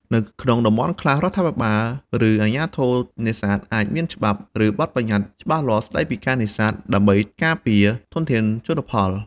នៅក្នុងតំបន់ខ្លះ រដ្ឋាភិបាល ឬអាជ្ញាធរនេសាទអាចមានច្បាប់ ឬបទប្បញ្ញត្តិច្បាស់លាស់ស្តីពីការនេសាទ ដើម្បីការពារធនធានជលផល។